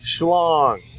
Schlong